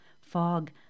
fog